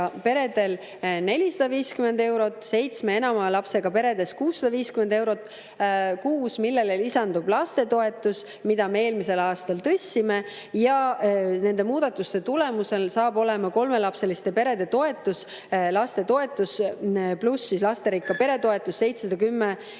peredel 450 eurot, seitsme ja enama lapsega peredel 650 eurot kuus, millele lisandub lapsetoetus, mida me eelmisel aastal tõstsime. Nende muudatuste tulemusel saab olema kolmelapseliste perede toetus – lapsetoetus pluss lasterikka pere toetus – 710